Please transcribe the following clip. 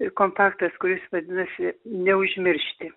ir kontaktas kuris vadinasi neužmiršti